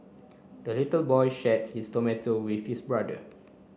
the little boy shared his tomato with his brother